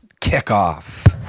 kickoff